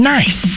Nice